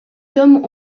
tomes